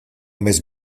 mes